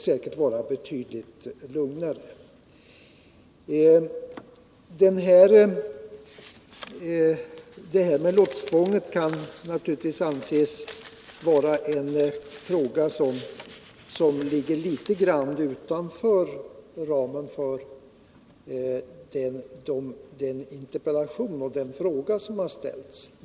Frågan om lotstvånget kan naturligtvis anses ligga litet grand utanför ramen för den fråga och den interpellation som har framställts.